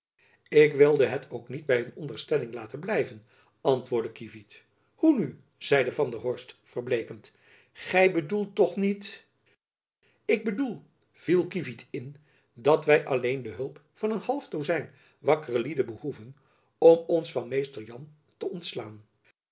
ik wilde het ook niet by een onderstelling laten blijven antwoordde kievit hoe nu zeide van der horst verbleekende gy bedoelt toch niet ik bedoel viel kievit in dat wy alleen de hulp van een half dozijn wakkere lieden behoeven om ons van mr jan te ontslaan